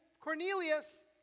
Cornelius